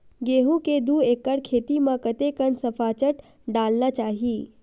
गेहूं के दू एकड़ खेती म कतेकन सफाचट डालना चाहि?